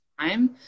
time